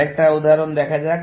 আরেকটা উদাহরণ দেখা যাক